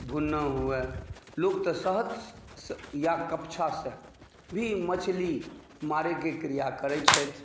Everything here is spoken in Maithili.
भुन्ना हुए लोक तऽ सहत या कपछासँ भी मछली मारय के क्रिया करैत छथि